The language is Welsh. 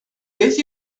beth